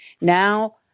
Now